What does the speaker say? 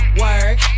work